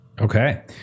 Okay